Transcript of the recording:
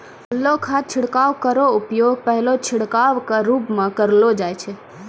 घोललो खाद छिड़काव केरो उपयोग पहलो छिड़काव क रूप म करलो जाय छै